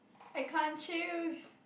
I can't choose